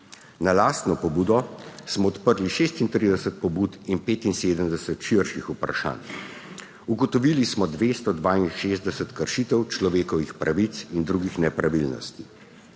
Na lastno pobudo smo odprli 36 pobud in 75 širših vprašanj. Ugotovili smo 262 kršitev človekovih pravic in drugih nepravilnosti.